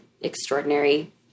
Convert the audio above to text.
extraordinary